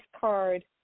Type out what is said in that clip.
card